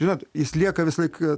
žinot jis lieka visąlaik